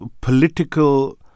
political